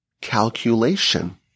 calculation